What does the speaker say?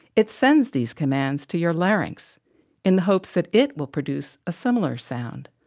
it sends these commands to your larynx in the hopes that it will produce a similar sound.